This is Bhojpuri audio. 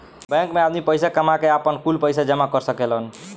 बैंक मे आदमी पईसा कामा के, आपन, कुल पईसा जामा कर सकेलन